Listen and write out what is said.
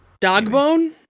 Dogbone